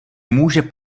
může